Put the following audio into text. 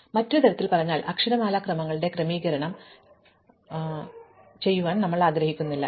അതിനാൽ മറ്റൊരു തരത്തിൽ പറഞ്ഞാൽ അക്ഷരമാല ക്രമങ്ങളുടെ ക്രമീകരണം ശല്യപ്പെടുത്താൻ ഞങ്ങൾ ആഗ്രഹിക്കുന്നില്ല